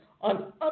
on